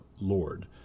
Lord